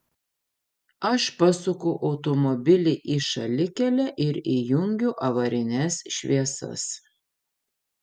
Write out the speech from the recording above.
aš pasuku automobilį į šalikelę ir įjungiu avarines šviesas